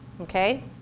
okay